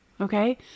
okay